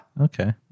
Okay